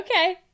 Okay